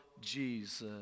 Jesus